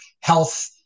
Health